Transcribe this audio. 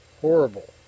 Horrible